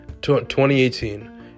2018